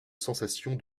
sensation